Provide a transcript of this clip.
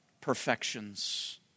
perfections